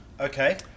Okay